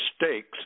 mistakes